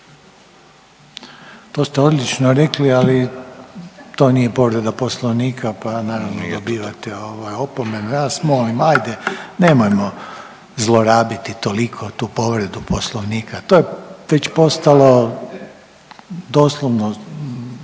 To ste odlično rekli, ali to nije povreda Poslovnika pa naravno dobijate ovaj opomenu. Ja vas molim ajde nemojmo zlorabiti toliko tu povredu Poslovnika. To je već postalo doslovno